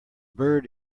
bird